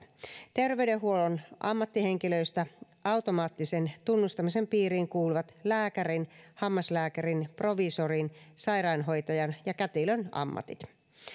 terveydenhuollon ammattihenkilöistä automaattisen tunnustamisen piiriin kuuluvat lääkärin hammaslääkärin proviisorin sairaanhoitajan ja kätilön ammatit